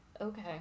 Okay